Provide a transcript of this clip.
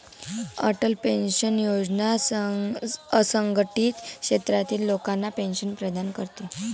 Atal pension योजना असंघटित क्षेत्रातील लोकांना पेन्शन प्रदान करते